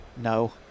no